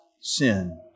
sin